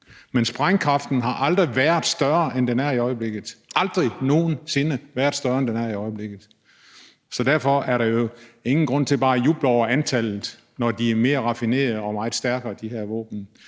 men sprængkraften har aldrig været større, end den er i øjeblikket. Den har aldrig nogen sinde været større, end den er i øjeblikket. Så derfor er der jo ingen grund til bare at juble over antallet, når de her våben er mere raffinerede og meget stærkere. Der skal